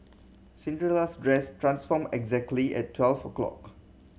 Cinderella's dress transformed exactly at twelve o' clock